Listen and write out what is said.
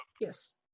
Yes